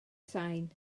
sain